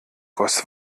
goss